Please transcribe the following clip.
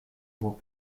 beau